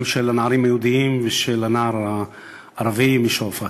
גם של הנערים היהודים וגם של הנער הערבי משועפאט.